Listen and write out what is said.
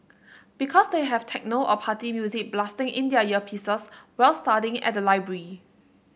because they have techno or party music blasting in their earpieces while studying at the library